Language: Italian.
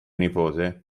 nipote